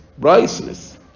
priceless